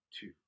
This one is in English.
two